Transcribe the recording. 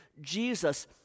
Jesus